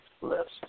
list